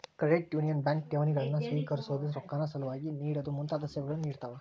credit union bank ಠೇವಣಿಗಳನ್ನ ಸ್ವೇಕರಿಸೊದು, ರೊಕ್ಕಾನ ಸಾಲವಾಗಿ ನೇಡೊದು ಮುಂತಾದ ಸೇವೆಗಳನ್ನ ನೇಡ್ತಾವ